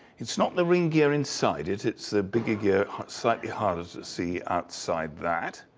it's not the ring gear inside it, its' the bigger gear, slightly harder to see outside that.